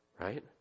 right